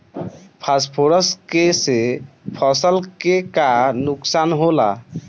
Phosphorus के से फसल के का नुकसान होला?